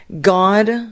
God